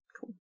cool